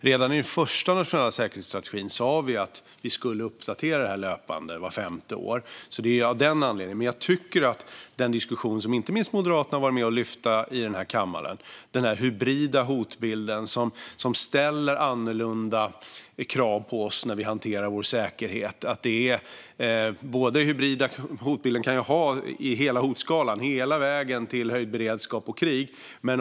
Redan i den första nationella säkerhetsstrategin sa vi att vi skulle uppdatera detta löpande vart femte år. Det sker alltså av den anledningen. Detta är en diskussion som inte minst Moderaterna har varit med om att lyfta fram i den här kammaren. Den hybrida hotbilden ställer annorlunda krav på oss när vi hanterar vår säkerhet och finns i hela hotskalan, hela vägen till höjd beredskap och krig.